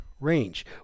range